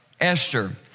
Esther